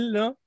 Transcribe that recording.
no